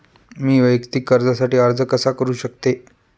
मी वैयक्तिक कर्जासाठी अर्ज कसा करु शकते?